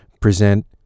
present